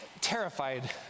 Terrified